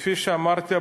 כפי שאמרתי,